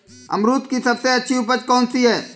अमरूद की सबसे अच्छी उपज कौन सी है?